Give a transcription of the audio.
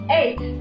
eight